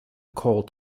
coal